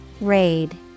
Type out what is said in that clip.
Raid